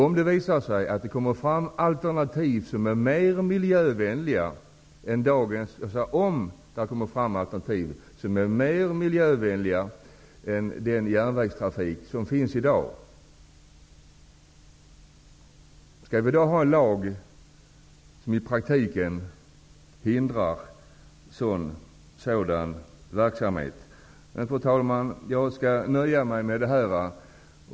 Om det visar sig att det kommer fram alternativ som är mer miljövänliga än den järnvägstrafik som finns i dag, skall vi då ha en lag som i praktiken hindrar sådan verksamhet? Fru talman! Jag skall nöja mig med detta.